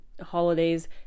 holidays